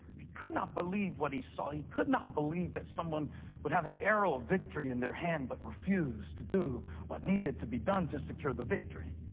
he could not believe what he saw. he could not believe that someone would have an arrow of victory in their hand but refuse to do what needed to be done to secure the victory.